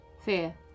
Fear